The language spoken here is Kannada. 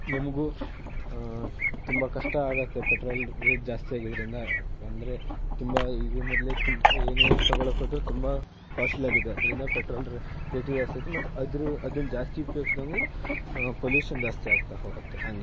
ನಮಗೂ ತುಂಬ ಕಷ್ಟ ಆಗುತ್ತೆ ಪೆಟ್ರೋಲ್ ರೇಟ್ ಜಾಸ್ತಿ ಆಗಿದ್ದರಿಂದ ಅಂದರೆ ತುಂಬ ಈಗ್ಲೂ ಮೊದಲೇ ತುಂಬ ಏನೇ ತಗೋಳೋಕ್ಕೆ ಹೋದರೂ ತುಂಬ ಕಾಸ್ಟ್ಲೀ ಆಗಿದೆ ಅದರಿಂದ ಪೆಟ್ರೋಲ್ ರೇ ರೇಟೂ ಜಾಸ್ತಿಯಾಯ್ತು ಮತ್ತು ಅದ್ರ ಅದನ್ನ ಜಾಸ್ತಿ ಉಪಯೋಗ್ಸ್ದಂಗೂ ಪೊಲ್ಯೂಶನ್ ಜಾಸ್ತಿ ಆಗ್ತಾ ಹೋಗುತ್ತೆ ಹಂಗೆ